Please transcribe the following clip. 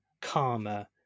Karma